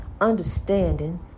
understanding